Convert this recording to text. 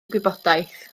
gwybodaeth